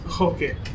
Okay